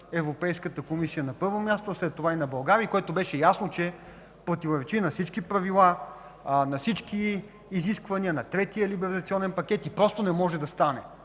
Европейската комисия, на първо място, а след това и на България, което беше ясно, че противоречи на всички правила, на всички изисквания на Третия либерализационен пакет и просто не може да стане?